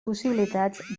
possibilitats